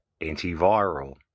antiviral